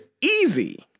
easy